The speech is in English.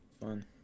Fun